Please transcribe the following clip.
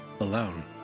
alone